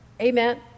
Amen